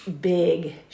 big